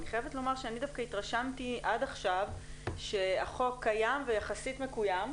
אני חייבת לומר שאני דווקא התרשמתי עד עכשיו שהחוק קיים ויחסית מקוים,